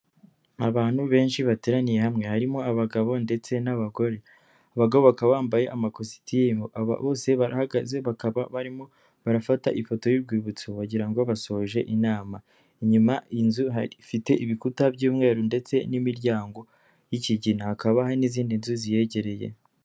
Abantu benshi bateraniye hamwe, harimo abagabo ndetse n'abagore, abagabo baka bambaye amakositimu, bose barahagaze bakaba barimo barafata ifoto y'urwibutso wagira ngo basoje inama, inyuma inzu ifite ibikuta by'umweru ndetse n'imiryango y'ikigina, hakaba n'izindi nzu ziyegereye.